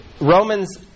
Romans